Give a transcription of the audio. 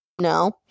no